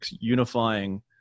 unifying